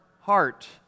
heart